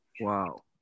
wow